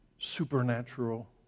supernatural